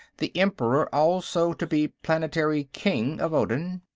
the emperor also to be planetary king of odin.